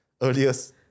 earliest